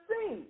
see